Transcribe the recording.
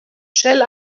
shall